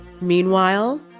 Meanwhile